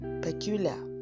peculiar